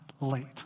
late